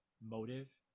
motive